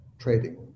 Trading